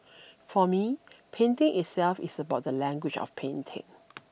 for me painting itself is about the language of painting